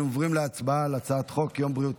אנחנו עוברים להצבעה על הצעת חוק יום בריאות